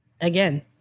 again